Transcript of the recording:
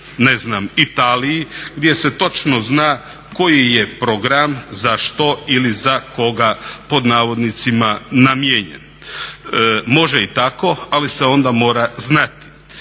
ne znam Italiji gdje se točno zna koji je program za što ili za koga pod navodnicima "namijenjen". Može i tako, ali se onda mora znati.